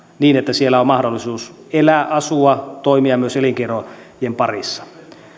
niin että siellä on mahdollisuus elää asua ja toimia myös elinkeinojen parissa